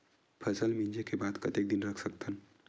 फसल मिंजे के बाद कतेक दिन रख सकथन?